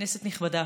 כנסת נכבדה,